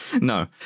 No